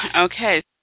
Okay